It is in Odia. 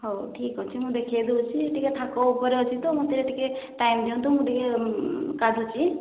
ହଉ ଠିକ୍ ଅଛି ମୁଁ ଦେଖାଇ ଦେଉଛି ଟିକେ ଥାକ ଉପରେ ଅଛି ତ ମୋତେ ଟିକେ ଟାଇମ୍ ଦିଅନ୍ତୁ ମୁଁ ଟିକେ କାଢ଼ୁଛି